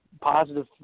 positive